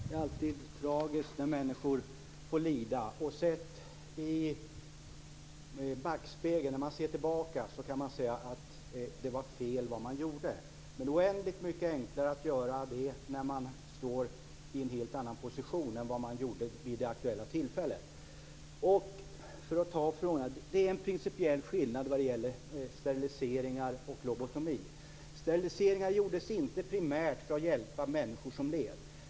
Herr talman! Det är alltid tragiskt när människor får lida. I backspegeln, när man ser tillbaka, kan man säga att det var fel som man gjorde. Men det är oändligt mycket enklare att göra det när man står i en helt annan position än vad man gjorde vid det aktuella tillfället. Det är, för att nu ta upp det här förhållandet, en principiell skillnad mellan steriliseringar och lobotomi. Steriliseringarna gjordes inte primärt för att hjälpa människor som led.